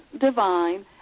Divine